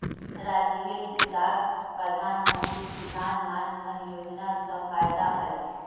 राजीवेर पिताक प्रधानमंत्री किसान मान धन योजना स फायदा ह ले